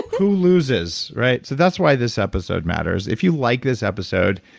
who loses, right? so that's why this episode matters. if you like this episode,